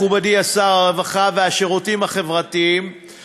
מכובדי שר הרווחה והשירותים החברתיים,